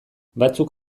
batzuk